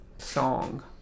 song